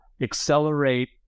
accelerate